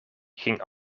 ging